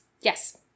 yes